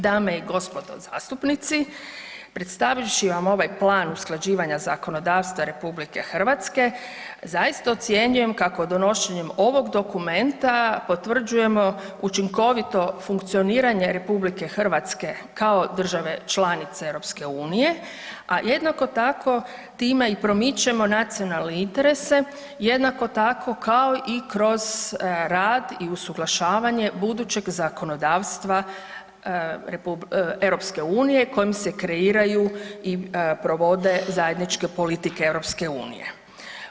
Dame i gospodo zastupnici, predstavivši vam ovaj plan usklađivanja zakonodavstva RH, zaista ocjenjujemo kako donošenjem ovog dokumenta potvrđujemo učinkovito funkcioniranje RH kao države članice EU-a a jednako tako time i promičemo nacionalne interese jednako tako i kroz rad i usuglašavanje budućeg zakonodavstva EU-a kojim se kreiraju i provode zajedničke politike EU-a.